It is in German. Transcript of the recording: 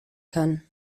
kann